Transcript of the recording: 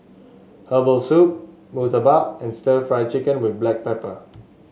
Herbal Soup murtabak and stir Fry Chicken with Black Pepper